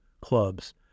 clubs